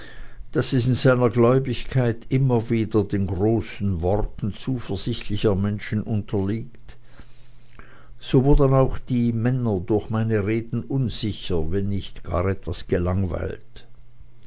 daß es in seiner gläubigkeit immer wieder den großen worten zuversichtlicher menschen unterliegt so wurden auch die männer durch meine reden unsicher wenn nicht etwa gar gelangweilt